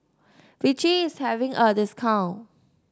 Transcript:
vichy is having a discount